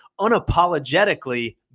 unapologetically